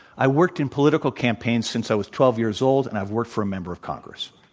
i worked in political campaigns since i was twelve years old and i've worked for a member of congress.